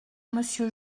monsieur